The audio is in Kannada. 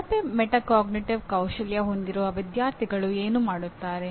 ಕಳಪೆ ಮೆಟಾಕಾಗ್ನಿಟಿವ್ ಕೌಶಲ್ಯ ಹೊಂದಿರುವ ವಿದ್ಯಾರ್ಥಿಗಳು ಏನು ಮಾಡುತ್ತಾರೆ